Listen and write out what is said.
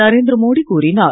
நரேந்திரமோடி கூறினார்